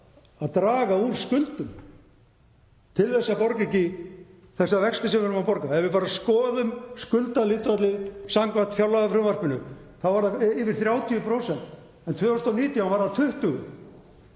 að draga úr skuldum til að borga ekki þessa vexti sem við erum að borga. Ef við bara skoðum skuldahlutfallið samkvæmt fjárlagafrumvarpinu þá er það yfir 30% en 2019 var það 20%.